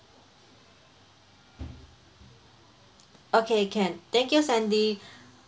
okay can thank you sandy